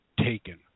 taken